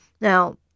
Now